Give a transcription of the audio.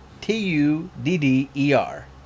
T-U-D-D-E-R